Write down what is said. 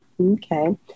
Okay